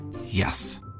Yes